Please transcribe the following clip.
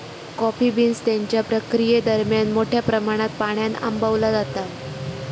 coffee beans त्यांच्या प्रक्रियेदरम्यान मोठ्या प्रमाणात पाण्यान आंबवला जाता